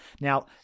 Now